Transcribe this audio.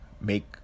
make